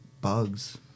bugs